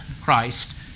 Christ